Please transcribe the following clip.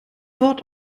wort